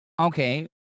Okay